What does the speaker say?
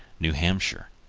new hampshire.